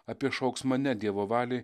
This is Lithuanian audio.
apie šauksmą ne dievo valiai